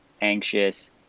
anxious